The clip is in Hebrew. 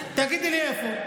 תגידי לי, איפה?